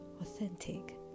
authentic